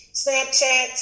snapchat